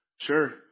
sure